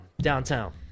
downtown